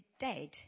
dead